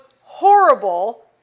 horrible